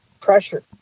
Pressure